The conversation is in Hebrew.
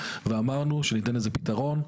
ואמרנו שניתן לזה פתרון.